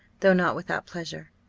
though not without pleasure.